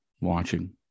watching